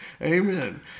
Amen